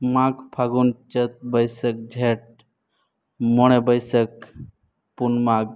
ᱢᱟᱜᱽ ᱯᱷᱟᱹᱜᱩᱱ ᱪᱟᱹᱛ ᱵᱟᱹᱭᱥᱟᱹᱠᱷ ᱡᱷᱮᱴ ᱢᱚᱬᱮ ᱵᱟᱹᱭᱥᱟᱹᱠᱷ ᱯᱩᱱ ᱢᱟᱜᱽ